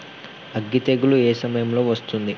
అగ్గి తెగులు ఏ సమయం లో వస్తుంది?